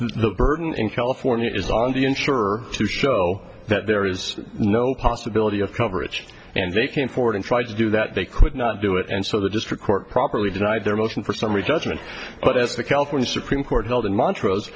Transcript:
well the burden in california is on the insurer to show that there is no possibility of coverage and they came forward and tried to do that they could not do it and so the district court properly denied their motion for summary judgment but as the california supreme court held in montrose